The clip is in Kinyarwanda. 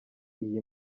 iyi